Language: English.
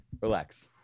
Relax